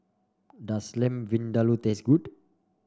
does Lamb Vindaloo taste good